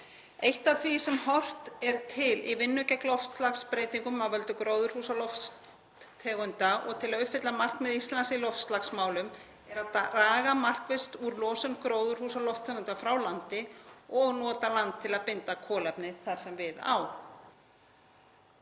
Eitt af því sem horft er til í vinnu gegn loftslagsbreytingum af völdum gróðurhúsalofttegunda og til að uppfylla markmið Íslands í loftslagsmálum er að draga markvisst úr losun gróðurhúsalofttegunda frá landi og nota land til að binda kolefni þar sem við á.